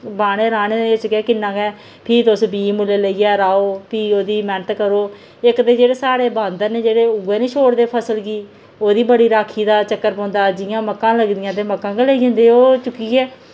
बाह्ने राह्ने च गै किन्ना गै फ्ही तुस बीऽ मुल्लैं लेइयै राहो फ्ही ओह्दी मेह्नत करो इक ते जेह्ड़े साढ़े बांदर न जेह्ड़े उऐ निं छोड़दे फसल कि ओह्दी बड़ी राक्खी दा चक्कर पौंदा जि'यां मक्कां लगदियां मक्कां गै लेई जंदे ओ चुक्कियै